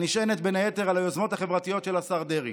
הנשענת בין יתר על היוזמות החברתיות של השר דרעי.